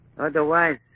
Otherwise